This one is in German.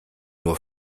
nur